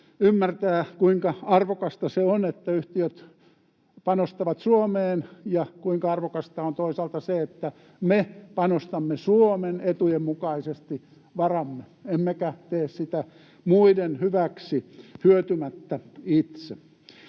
ymmärtää, kuinka arvokasta se on, että yhtiöt panostavat Suomeen, ja kuinka arvokasta on toisaalta se, että me panostamme Suomen etujen mukaisesti varamme emmekä tee sitä muiden hyväksi hyötymättä itse.